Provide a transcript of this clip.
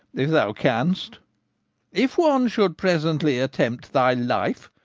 if thou canst if one should presently attempt thy life,